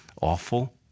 awful